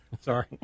Sorry